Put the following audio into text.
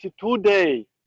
today